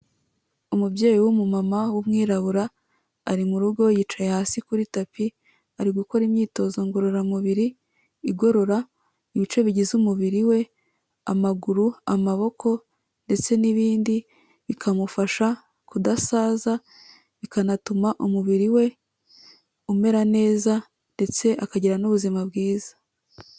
Umubyeyi w'umumama w'umwirabura, ari mu rugo yicaye hasi kuri tapi, ari gukora imyitozo ngororamubiri igorora ibice bigize umubiri we, amaguru, amaboko ndetse n'ibindi, bikamufasha kudasaza, bikanatuma umubiri we umera neza ndetse akagira n'ubuzima bwiza.